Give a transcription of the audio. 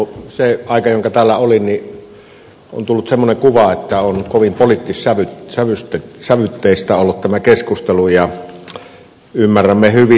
sinä aikana jonka täällä olin on tullut semmoinen kuva että on kovin poliittissävytteistä ollut tämä keskustelu ja ymmärrämme hyvin